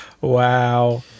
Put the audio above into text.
Wow